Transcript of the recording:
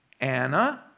Anna